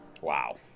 Wow